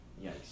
Yes